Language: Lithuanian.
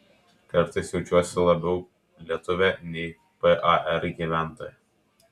kartais jaučiuosi labiau lietuvė nei par gyventoja